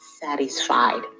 satisfied